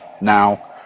Now